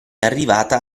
arrivata